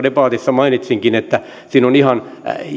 debatissa mainitsinkin siinä on ihan